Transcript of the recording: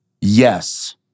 Yes